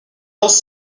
also